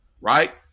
Right